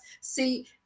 See